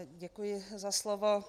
Děkuji za slovo.